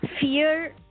fear